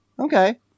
Okay